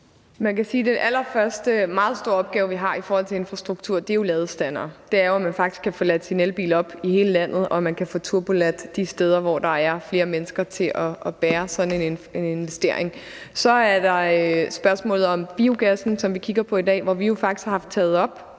den allerførste meget store opgave, vi har i forhold til infrastruktur, jo er ladestandere, altså det er, at man faktisk kan få ladet sin elbil op i hele landet, og at man kan få turboladet de steder, hvor der er flere mennesker til at bære sådan en investering. Så er der spørgsmålet om biogassen, som vi kigger på i dag. Der har vi jo faktisk sammen med